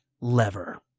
lever